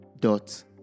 dot